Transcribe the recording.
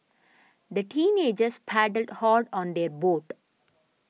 the teenagers paddled hard on their boat